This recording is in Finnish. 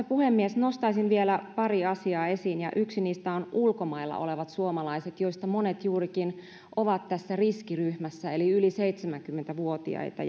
puhemies nostaisin vielä pari asiaa esiin ja yksi niistä on ulkomailla olevat suomalaiset joista monet ovat juurikin tässä riskiryhmässä eli yli seitsemänkymmentä vuotiaita